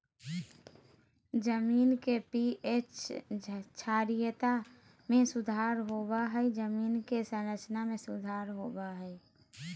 जमीन के पी.एच क्षारीयता में सुधार होबो हइ जमीन के संरचना में सुधार होबो हइ